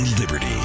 Liberty